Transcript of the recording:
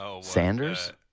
Sanders